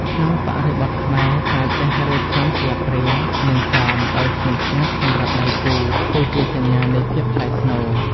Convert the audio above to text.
ក្នុងបរិបទខ្មែរ ការចេះរៀបចំស្លាបព្រា និងសមដោយស្ងៀមស្ងាត់សម្រាប់ដៃគូ គឺជាសញ្ញានៃភាពថ្លៃថ្នូរ។